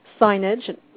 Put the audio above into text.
signage